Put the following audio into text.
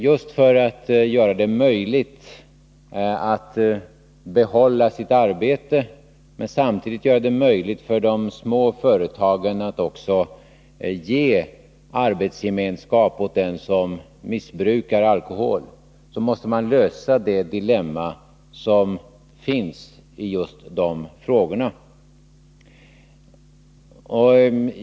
Just för att göra det möjligt för en missbrukare att behålla sitt arbete och samtidigt göra det möjligt för de små företagen att också ge arbetsgemenskap åt den som missbrukar alkohol, måste vi lösa det dilemma som finns i de här frågorna.